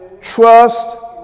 Trust